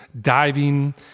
diving